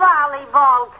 Volleyball